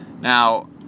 Now